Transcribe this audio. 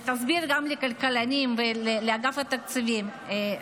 תסביר גם לכלכלנים ולאגף התקציבים: